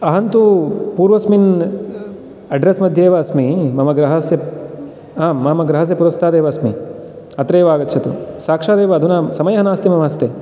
अहन्तु पूर्वस्मिन् अड्रेस् मध्येव अस्मि मम गृहस्य आम् मम गृहस्य पुरस्तादेव अस्मि अत्रैव आगच्छतु साक्षादेव अधुना समयः नास्ति मम हस्ते